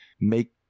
make